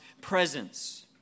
presence